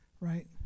right